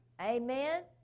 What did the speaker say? amen